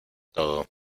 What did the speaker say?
todo